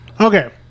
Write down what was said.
Okay